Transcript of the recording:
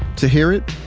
to hear it,